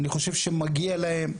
אני חושב שמגיע להם,